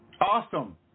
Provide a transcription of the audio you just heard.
awesome